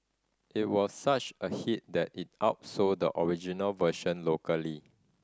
it was such a hit that it outsold the original version locally